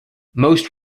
most